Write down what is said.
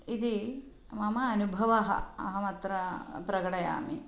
इति मम अनुभवः अहमत्र प्रकटयामि